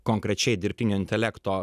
konkrečiai dirbtinio intelekto